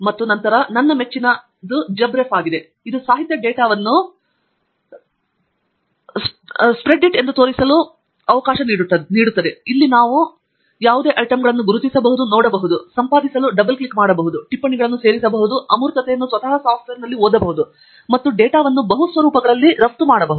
ಮತ್ತು ನಂತರ ನನ್ನ ಮೆಚ್ಚಿನವು JabRef ಆಗಿದ್ದು ಇದು ಸಾಹಿತ್ಯ ಡೇಟಾವನ್ನು ಸ್ಪ್ರೆಡ್ಶೀಟ್ ಎಂದು ತೋರಿಸಲು ಅವಕಾಶ ನೀಡುತ್ತದೆ ಮತ್ತು ಇಲ್ಲಿ ನಾವು ನೋಡಬಹುದು ಮತ್ತು ನಾವು ಈ ಯಾವುದೇ ಐಟಂಗಳನ್ನು ಗುರುತಿಸಬಹುದು ಸಂಪಾದಿಸಲು ಡಬಲ್ ಕ್ಲಿಕ್ ಮಾಡಿ ಮತ್ತು ಟಿಪ್ಪಣಿಗಳನ್ನು ಸೇರಿಸಿ ಮತ್ತು ನಾವು ಅಮೂರ್ತತೆಯನ್ನು ಸ್ವತಃ ಸಾಫ್ಟ್ವೇರ್ನಲ್ಲಿ ಓದಬಹುದು ಮತ್ತು ನೀವು ಡೇಟಾವನ್ನು ಬಹು ಸ್ವರೂಪಗಳಲ್ಲಿ ರಫ್ತು ಮಾಡಬಹುದು